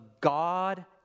God